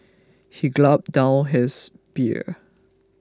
he gloped down his beer